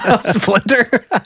Splinter